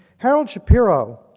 herald shapiro,